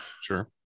sure